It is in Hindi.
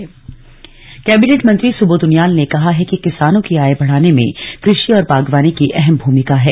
किसान आय कैबिनेट मंत्री सुबोध उनियाल ने कहा है कि किसानों की आय बढ़ाने में कृषि और बागवानी की अहम भूमिका हैं